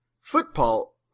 football